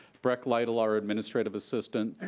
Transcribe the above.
breck lidle, our administrative assistant.